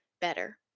better